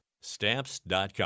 Stamps.com